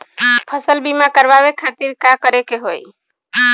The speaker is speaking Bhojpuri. फसल बीमा करवाए खातिर का करे के होई?